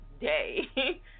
day